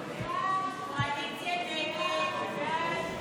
הסתייגות 85 לא נתקבלה.